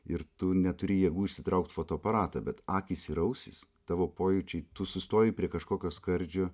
ir tu neturi jėgų išsitraukt fotoaparatą bet akys ir ausys tavo pojūčiai tu sustoji prie kažkokio skardžio